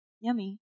Yummy